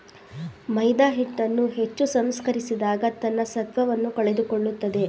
ಮೈದಾಹಿಟ್ಟನ್ನು ಹೆಚ್ಚು ಸಂಸ್ಕರಿಸಿದಾಗ ತನ್ನ ಸತ್ವವನ್ನು ಕಳೆದುಕೊಳ್ಳುತ್ತದೆ